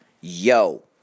Yo